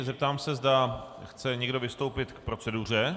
Zeptám se, zda chce někdo vystoupit k proceduře?